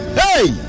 hey